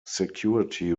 security